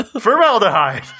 formaldehyde